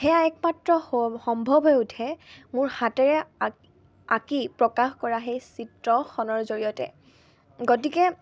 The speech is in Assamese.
সেইয়া একমাত্ৰ সম্ভৱ হৈ উঠে মোৰ হাতেৰে আঁকি আঁকি প্ৰকাশ কৰা সেই চিত্ৰখনৰ জৰিয়তে গতিকে